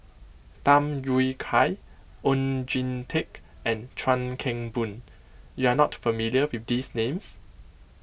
Tham Yui Kai Oon Jin Teik and Chuan Keng Boon you are not familiar with names